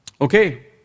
Okay